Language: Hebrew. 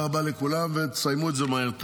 תודה רבה לכולם, ותסיימו את זה מהר.